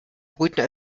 brüten